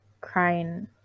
crying